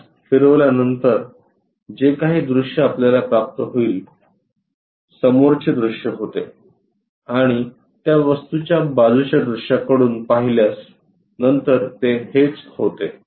त्यास फिरवल्यानंतर जे काही दृश्य आपल्याला प्राप्त होईल समोरचे दृश्य होते आणि त्या वस्तूच्या बाजूच्या दृश्याकडून पाहिल्यास नंतर ते हेच होते